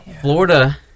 Florida